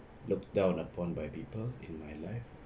looked down upon by people in my life